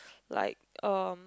like uh